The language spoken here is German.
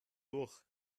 durch